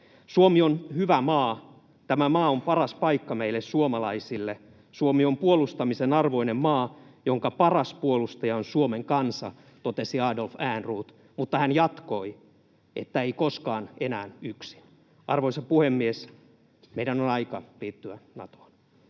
”Suomi on hyvä maa. Tämä maa on paras paikka meille suomalaisille. Suomi on puolustamisen arvoinen maa, jonka paras puolustaja on Suomen kansa”, totesi Adolf Ehrnrooth, mutta hän jatkoi, että ”ei koskaan enää yksin”. Arvoisa puhemies! Meidän on aika liittyä Natoon.